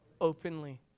openly